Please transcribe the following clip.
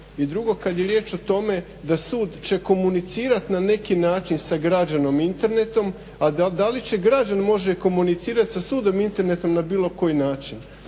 I drugo kada je riječ o tome da će sud komunicirati na neki način sa građanom internetom, a da li će građan može komunicirati sa sudom internetom na bilo koji način.